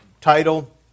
title